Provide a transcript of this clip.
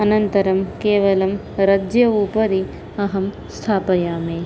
अनन्तरं केवलं रज्जोः उपरि अहं स्थापयामि